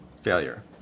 failure